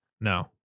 No